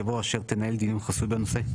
יבוא 'אשר תנהל דיון חסוי בנושא'.